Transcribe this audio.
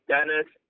Dennis